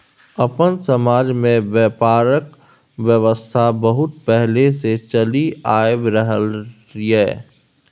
अपन समाज में ब्यापारक व्यवस्था बहुत पहले से चलि आइब रहले ये